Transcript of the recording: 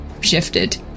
shifted